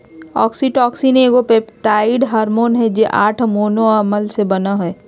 oxytocin एगो peptide hormone हइ जे कि आठ अमोनो अम्ल से बनो हइ